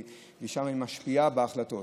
והיא משפיעה בהחלטות.